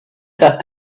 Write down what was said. that